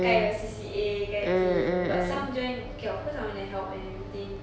kind of C_C_A kind of thing but some join okay of course I want to help and everything